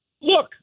look